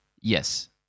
Yes